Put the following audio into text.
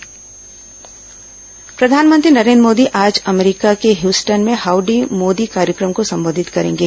howdy Modi कार्यक्रम प्रधानमंत्री नरेन्द्र मोदी आज अमरीका के ह्यूस्टन में हाउडी मोदी कार्यक्रम को संबोधित करेंगे